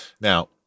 Now